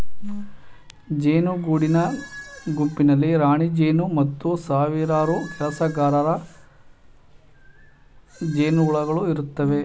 ಜೇನು ಗೂಡಿನ ಗುಂಪಿನಲ್ಲಿ ರಾಣಿಜೇನು ಮತ್ತು ಸಾವಿರಾರು ಕೆಲಸಗಾರ ಜೇನುಹುಳುಗಳು ಇರುತ್ತವೆ